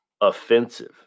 offensive